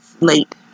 late